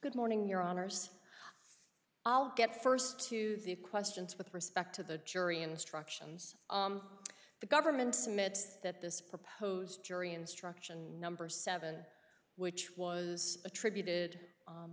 good morning your honour's i'll get first to the questions with respect to the jury instructions the government's minutes that this proposed jury instruction number seven which was attributed